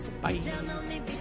bye